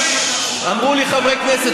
אמרו לי חברי כנסת,